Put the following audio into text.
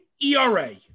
ERA